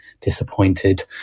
disappointed